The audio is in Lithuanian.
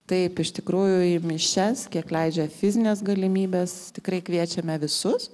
taip iš tikrųjų į mišias kiek leidžia fizinės galimybės tikrai kviečiame visus